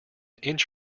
inch